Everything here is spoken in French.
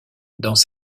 dans